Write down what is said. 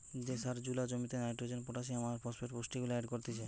যে সার জুলা জমিতে নাইট্রোজেন, পটাসিয়াম আর ফসফেট পুষ্টিগুলা এড করতিছে